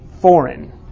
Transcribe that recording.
foreign